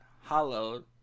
hollowed